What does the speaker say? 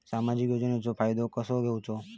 सामाजिक योजनांचो फायदो कसो घेवचो?